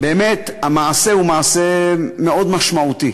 באמת המעשה הוא מעשה מאוד משמעותי